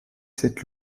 cette